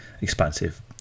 expansive